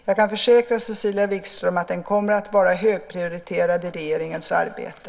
Jag kan försäkra Cecilia Wigström att den kommer att vara högprioriterad i regeringens arbete.